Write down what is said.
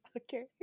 okay